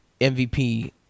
MVP